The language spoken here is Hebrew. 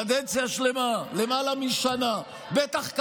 חיכיתי פי שניים זמן ממה,